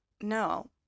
No